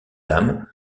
dam